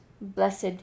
blessed